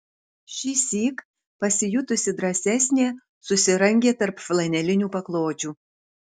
šįsyk pasijutusi drąsesnė susirangė tarp flanelinių paklodžių